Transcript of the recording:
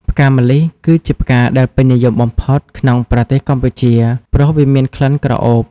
ផ្កាម្លិះ គឺជាផ្កាដែលពេញនិយមបំផុតក្នុងប្រទេសកម្ពុជា ព្រោះវាមានក្លិនក្រអូប។